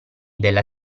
della